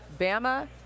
Bama